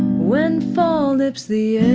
when fall nips the